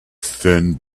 thin